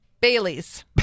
Bailey's